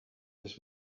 this